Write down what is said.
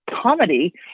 comedy